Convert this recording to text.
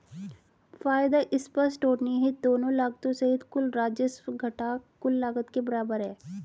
फायदा स्पष्ट और निहित दोनों लागतों सहित कुल राजस्व घटा कुल लागत के बराबर है